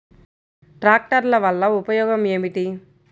ట్రాక్టర్ల వల్ల ఉపయోగం ఏమిటీ?